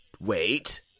Wait